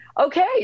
Okay